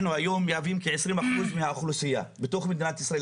אנחנו היום מהווים כ-20% מהאוכלוסייה בתוך מדינת ישראל,